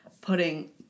putting